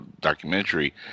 documentary